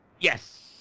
Yes